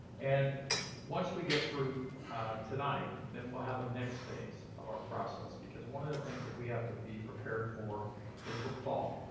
and once we get through tonight, then we'll have a next phase of our process because one of the things that we have to be prepared for is what fall.